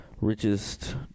richest